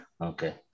Okay